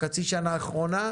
חצי שנה אחרונה,